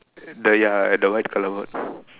the ya at the white colour word